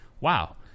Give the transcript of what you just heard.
wow